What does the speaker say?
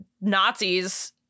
nazis